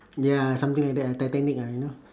ya something that lah titanic ah you know